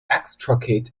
extricate